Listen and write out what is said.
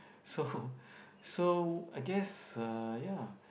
so so I guess uh ya